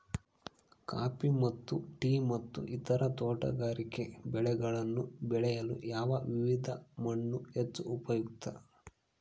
Coffee ಮತ್ತು tea ಮತ್ತು ಇತರ ತೋಟಗಾರಿಕೆ ಬೆಳೆಗಳನ್ನು ಬೆಳೆಯಲು ಯಾವ ವಿಧದ ಮಣ್ಣು ಹೆಚ್ಚು ಉಪಯುಕ್ತ?